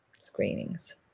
screenings